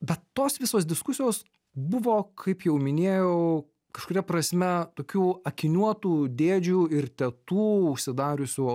bet tos visos diskusijos buvo kaip jau minėjau kažkuria prasme tokių akiniuotų dėdžių ir tetų užsidariusių